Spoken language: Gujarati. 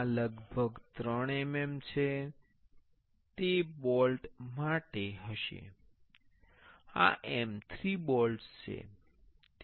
આ લગભગ 3 mm છે તે બોલ્ટ માટે હશે આ M3 બોલ્ટ્સ છે